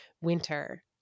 winter